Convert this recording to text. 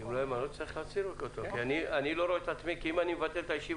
אם לא יהיה מנוס תצטרכי להציג אותו כי אם אני מבטל את הישיבה,